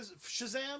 shazam